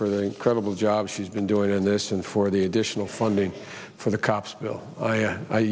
for the incredible job she's been doing in this and for the additional funding for the cops bill